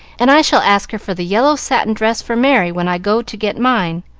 and i shall ask her for the yellow-satin dress for merry when i go to get mine,